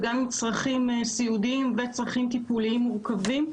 וגם עם צרכים סיעודיים וצרכים טיפוליים מורכבים,